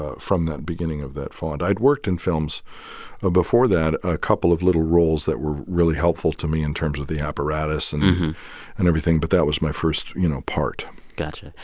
ah from the beginning of that font. i'd worked in films before that a couple of little roles that were really helpful to me in terms of the apparatus and everything. but that was my first, you know, part got you.